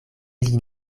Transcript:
lin